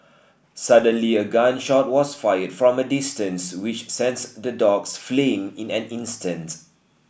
suddenly a gun shot was fired from a distance which sent the dogs fleeing in an instant